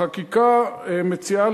החקיקה מציעה